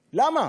למה?